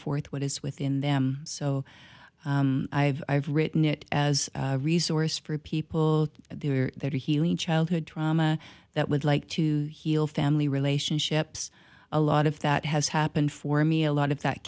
forth what is within them so i've written it as a resource for people there that healing childhood trauma that would like to heal family relationships a lot of that has happened for me a lot of that